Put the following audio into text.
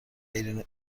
ایرانیها